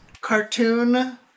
cartoon